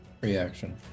reaction